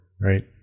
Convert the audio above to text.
Right